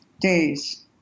days